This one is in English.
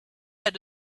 had